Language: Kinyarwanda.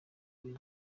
kuri